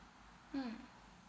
mm